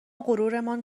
غرورمان